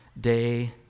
day